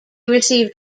received